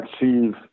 achieve